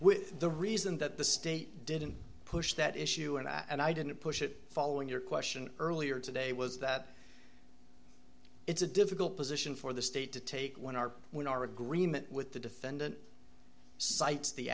with the reason that the state didn't push that issue and i and i didn't push it following your question earlier today was that it's a difficult position for the state to take when our when our agreement with the defendant cites the